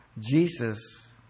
Jesus